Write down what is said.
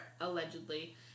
allegedly